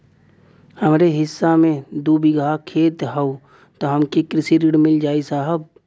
हमरे हिस्सा मे दू बिगहा खेत हउए त हमके कृषि ऋण मिल जाई साहब?